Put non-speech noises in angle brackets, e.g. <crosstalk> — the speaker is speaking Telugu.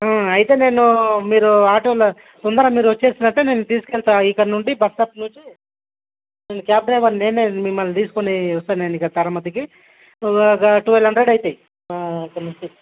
అయితే నేను మీరు ఆటోలో తొందరగా మీరు వచ్చేసినాక నేను తీసుకెళతా ఇక్కడి నుంచి బస్ స్టాప్ నుంచి క్యాబ్ డ్రైవర్ నేనే మిమ్మల్ని తీసుకుని వస్తాను నేను ఇక్కడ తారా మస్జిద్కి టువల్ హండ్రెడ్ అవుతాయి <unintelligible>